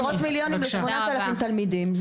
עשרות מיליונים ל-8,000 תלמידים,